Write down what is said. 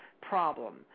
problem